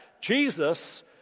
Jesus